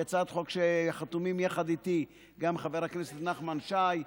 היא הצעת חוק שחתומים עליה יחד איתי גם חברי הכנסת נחמן שי,